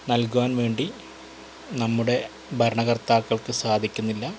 നൽകുവാൻ വേണ്ടി നമ്മുടെ ഭരണ കർത്താക്കൾക്ക് സാധിക്കുന്നില്ല